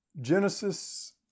genesis